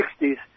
60s